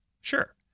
Sure